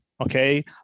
Okay